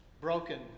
broken